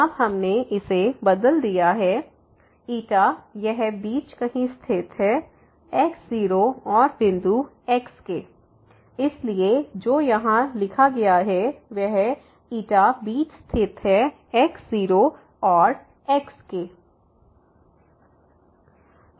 अब हमने इसे बदल दिया है यह बीच कहीं स्थित है x0 और बिंदु x के इसलिए जो यहां लिखा गया है वह बीच स्थित है x0 और x के